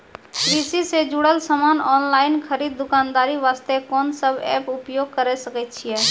कृषि से जुड़ल समान ऑनलाइन खरीद दुकानदारी वास्ते कोंन सब एप्प उपयोग करें सकय छियै?